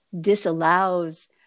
disallows